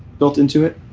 built into it,